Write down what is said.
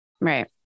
right